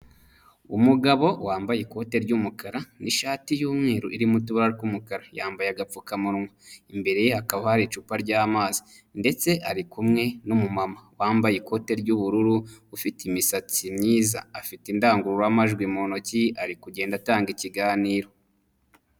Umugabo wambaye ikote ry'umukara n'ishati y'umweru irimo utubara tw'umukara, yambaye agapfukamunwa, imbere ye hakaba hari icupa ry'amazi ndetse ari kumwe n'umumama wambaye ikote ry'ubururu, ufite imisatsi myiza, afite indangururamajwi mu ntoki ari kugenda atanga ikiganiro.